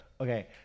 Okay